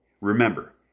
Remember